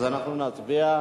אז אנחנו נצביע.